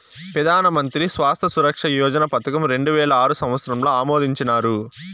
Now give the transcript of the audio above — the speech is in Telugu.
పెదానమంత్రి స్వాస్త్య సురక్ష యోజన పదకం రెండువేల ఆరు సంవత్సరంల ఆమోదించినారు